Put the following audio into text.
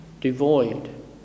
devoid